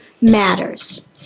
matters